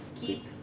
keep